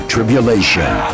Tribulation